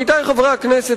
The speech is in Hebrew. עמיתי חברי הכנסת,